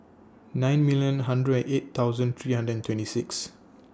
nine million hundred and eight thousand three hundred and twenty six